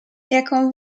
jaką